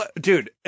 Dude